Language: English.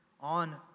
on